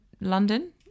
london